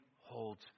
holds